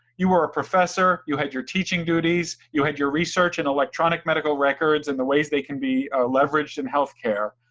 you were a professor, you had your teaching duties, you had your research and electronic medical records and the ways they can be leveraged in healthcare.